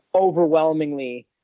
overwhelmingly